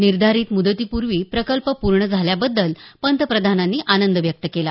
निर्धारित मुदतीपूर्वी प्रकल्प पूर्ण झाल्याबद्दल पंतप्रधानांनी आनंद व्यक्त केला